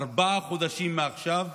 ארבעה חודשים מעכשיו,